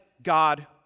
God